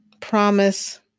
promise